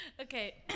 Okay